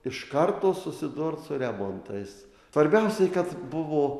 iš karto susidurt su remontais svarbiausiai kad buvo